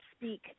speak